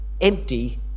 empty